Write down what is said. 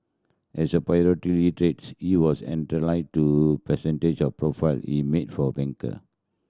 as a proprietary trades he was to percentage of profile he made for a banker